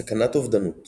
סכנת אובדנות